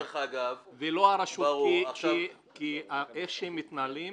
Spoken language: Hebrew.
כי איך שהם מתנהלים,